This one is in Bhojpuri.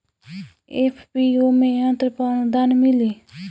एफ.पी.ओ में यंत्र पर आनुदान मिँली?